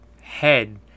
head